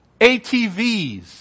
ATVs